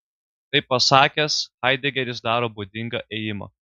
tai pasakęs haidegeris daro būdingą ėjimą